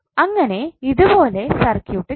അങ്ങനെ ഇതുപോലത്തെ സർക്യൂട്ട് കിട്ടും